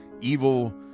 evil